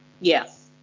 yes